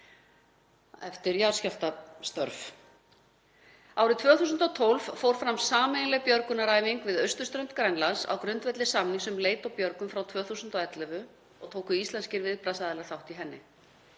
Árið 2012 fór fram sameiginleg björgunaræfing við austurströnd Grænlands á grundvelli samnings um leit og björgun frá 2011 og tóku íslenskir viðbragðsaðilar þátt í henni.